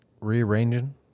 rearranging